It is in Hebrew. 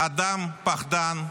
אדם פחדן,